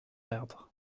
erdre